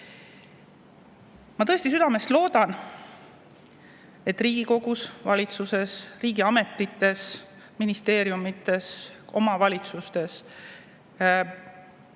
Ma tõesti südamest loodan, et Riigikogus, valitsuses, riigiametites, ministeeriumides, omavalitsustes,